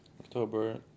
October